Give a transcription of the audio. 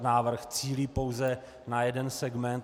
Návrh cílí pouze na jeden segment.